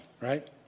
right